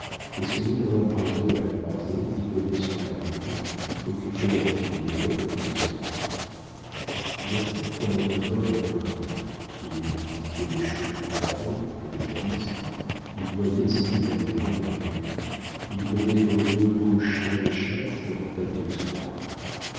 et se mit dans l'embrasure de la croisée qui donnait sur la cour occupée à filer comme tous les soirs gasselin tournait encore dans les communs il visitait les chevaux du baron et de calyste il voyait si tout allait bien dans l'écurie il donnait aux deux beaux chiens de chasse leur pâtée du soir